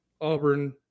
Auburn